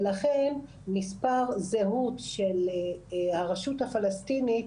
ולכן מספר זהות של הרשות הפלשתינית,